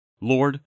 Lord